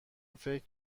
فکر